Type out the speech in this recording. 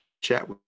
chat